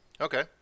Okay